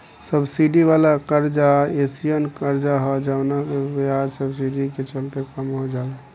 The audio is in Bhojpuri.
सब्सिडी वाला कर्जा एयीसन कर्जा ह जवना के ब्याज सब्सिडी के चलते कम हो जाला